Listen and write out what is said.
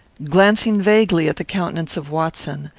glancing vaguely at the countenance of watson,